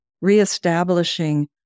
reestablishing